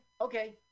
okay